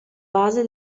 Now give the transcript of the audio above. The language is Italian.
base